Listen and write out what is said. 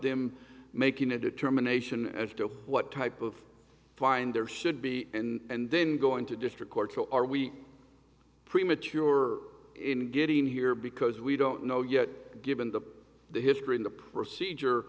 them making a determination as to what type of wind there should be and then going to district court or are we premature in getting here because we don't know yet given the the history in the procedure